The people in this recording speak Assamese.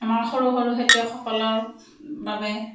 আমাৰ সৰু সৰু খেতিয়কসকলৰ বাবে